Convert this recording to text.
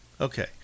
Okay